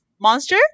monster